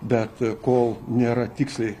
bet kol nėra tiksliai